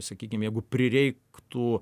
sakykim jeigu prireiktų